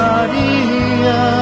Maria